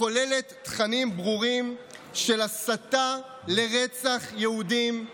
הכוללת תכנים ברורים של הסתה לרצח יהודים,